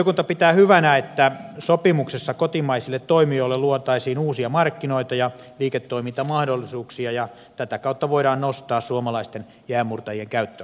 valiokunta pitää hyvänä että sopimuksessa kotimaisille toimijoille luotaisiin uusia markkinoita ja liiketoimintamahdollisuuksia ja tätä kautta voitaisiin nostaa suomalaisten jäänmurtajien käyttöastetta